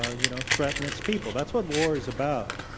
ah you know, threaten its people. that's what war is about.